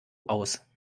aus